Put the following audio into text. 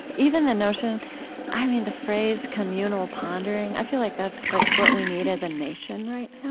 even the notion i mean, the phrase communal pondering, i feel like that's like what we need as a nation right now.